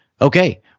Okay